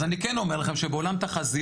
אז אני כן אומר לכם שבעולם תחזיות,